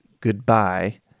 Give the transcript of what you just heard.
goodbye